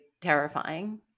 terrifying